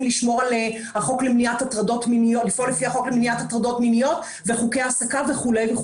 לפעול לפי החוק למניעת הטרדות מיניות וחקי העסקה וכולי.